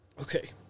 Okay